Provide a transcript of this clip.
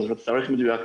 אני לא זוכר תאריך מדויק.